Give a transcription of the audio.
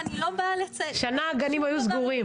שנה הגנים היו סגורים.